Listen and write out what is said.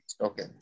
Okay